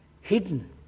hidden